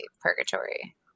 Purgatory